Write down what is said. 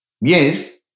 Yes